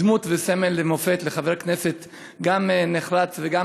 דמות וסמל ומופת לחבר כנסת גם נחרץ וגם